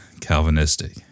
calvinistic